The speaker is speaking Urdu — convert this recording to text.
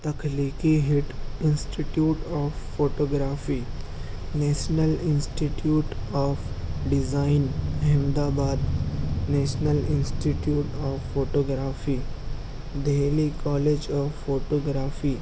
تخلیقی ہیٹ institute of photography national institute of design Ahmedabad national institute of photography Delhi college of photography